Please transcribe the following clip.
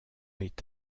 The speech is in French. est